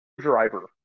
driver